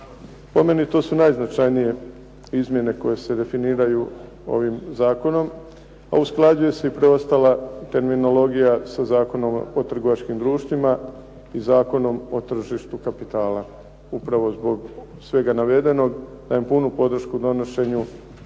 Po meni to su najznačajnije izmjene koje se definiraju ovim zakonom, a usklađuje se i preostala terminologija sa Zakonom o trgovačkim društvima i Zakonom o tržištu kapitala. Upravo zbog svega navedenog dajem punu podršku donošenju